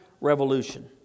revolution